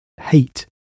hate